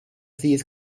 ddydd